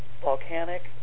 volcanic